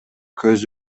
көз